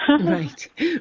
Right